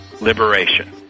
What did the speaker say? liberation